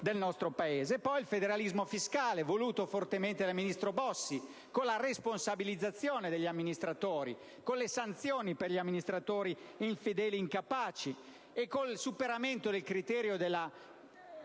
del nostro Paese. Infine, ricordo il federalismo fiscale, voluto fortemente dal ministro Bossi con la responsabilizzazione degli amministratori, le sanzioni per gli amministratori infedeli e incapaci e il superamento del criterio